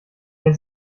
der